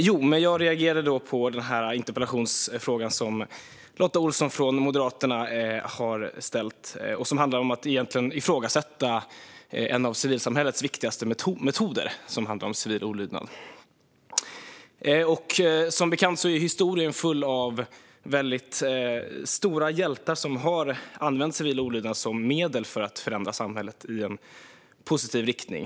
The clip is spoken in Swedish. Herr talman! Jag är lite osäker på om jag kan kommentera det som Lotta Olsson sa. Jag reagerade på Lotta Olssons interpellation, som egentligen handlar om att hon ifrågasätter en av civilsamhällets viktigaste metoder och som handlar om civil olydnad. Som bekant är historien full av väldigt stora hjältar som har använt civil olydnad som medel för att förändra samhället i en positiv riktning.